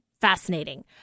fascinating